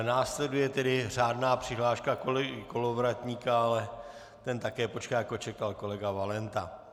Následuje tedy řádná přihláška kolegy Kolovratníka, ale ten také počká, jako čekal kolega Valenta.